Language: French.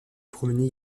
promener